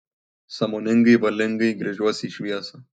sąmoningai valingai gręžiuosi į šviesą